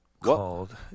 called